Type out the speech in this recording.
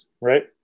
right